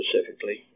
specifically